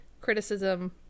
criticism